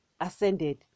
ascended